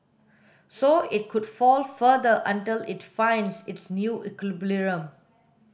so it could fall further until it finds its new equilibrium